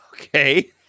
Okay